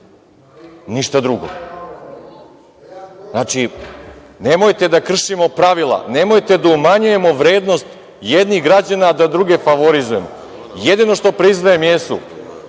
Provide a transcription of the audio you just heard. ništa drugo. Znači, nemojte da kršimo pravila, nemojte da umanjujemo vrednost jednih građana, a da druge favorizujemo. Jedino što priznajem jeste